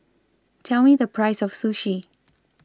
Tell Me The Price of Sushi